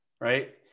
right